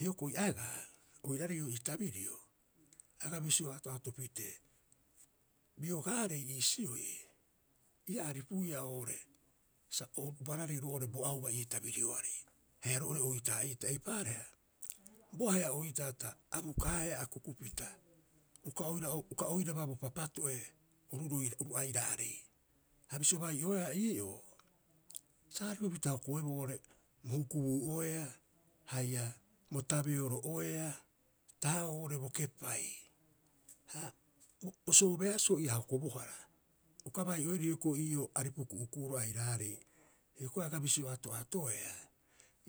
Hioko'i agaa, oiraarei ii'oo ii tabirio aga bisio ato'ato pitee, biogaarei iisioi ia aripuia oo'ore, sa ubarareu roo'ore bo auba ii tabirioarei haia roo'ore oitaa'iita eipaareha, bo ahe'a oitaa ta abukaaea akukupita uka oira uka oiraba bo papato'e oru roira oru airaarei. Ha bisio uka bai'oeea ii'oo, sa aripupita hokoeboo oo'ore bo hukubuu'oea haia bo tabeoro'oea taha'oo'oo'ore bo kepai. Ha bo soobeasoo ia hokobohara uka bai'oerii hioko'i ii'oo aripu ku'uku'uro airaarei. Hioko'i aga bisio ato'atoea,